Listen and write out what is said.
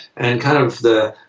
and kind of the.